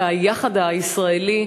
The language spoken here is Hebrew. כיחד הישראלי,